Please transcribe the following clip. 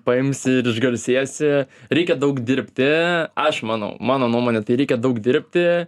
paimsi ir išgarsėsi reikia daug dirbti aš manau mano nuomone tai reikia daug dirbti